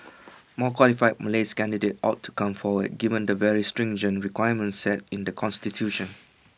more qualified Malay's candidates ought to come forward given the very stringent requirements set in the Constitution